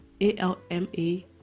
a-l-m-a